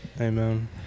Amen